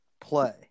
play